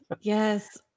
Yes